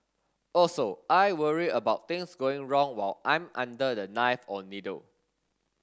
also I worry about things going wrong while I'm under the knife or needle